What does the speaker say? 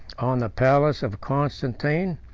on the palace of constantine,